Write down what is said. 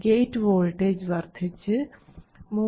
gate voltage വർദ്ധിച്ചു 3